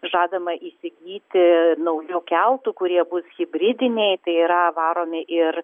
žadama įsigyti naujų keltų kurie bus hibridiniai tai yra varomi ir